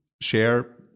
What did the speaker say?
Share